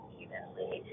evenly